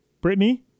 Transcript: Brittany